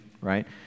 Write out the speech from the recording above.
right